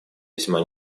весьма